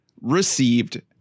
Received